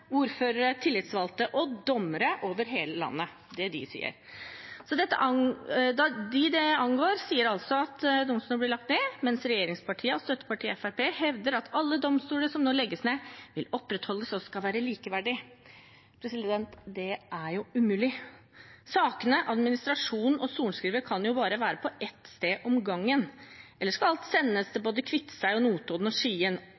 tillitsvalgte og dommere over hele landet. Det er det de sier. De det angår, sier altså at domstolene blir lagt ned, mens regjeringspartiene og støttepartiet Fremskrittspartiet hevder at alle domstoler som nå legges ned, vil opprettholdes og skal være likeverdige. Det er jo umulig. Sakene, administrasjonen og sorenskriverne kan bare være på ett sted av gangen. Eller skal alt sendes til både Kviteseid, Notodden og Skien?